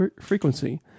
frequency